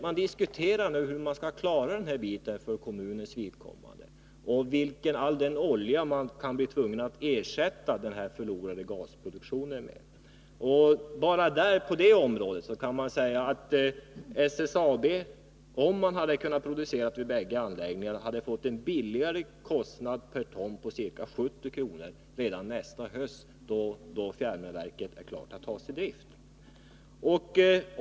Man diskuterar nu hur man skall klara den här biten för kommunens vidkommande och hur man skall klara sig om man blir tvungen att ersätta all den förlorade gasproduktionen med olja. Bara på detta område hade SSAB, om man hade kunnat producera gas vid bägge anläggningarna, fått en lägre kostnad per ton med ca 70 kr. redan nästa höst, då fjärrvärmeverket är klart att tas i drift.